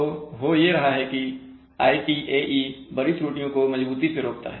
तो हो ये रहा है कि ITAE बड़ी त्रुटियों को मजबूती से रोकता है